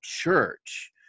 church